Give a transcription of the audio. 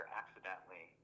accidentally